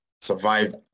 survive